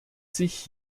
sich